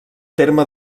terme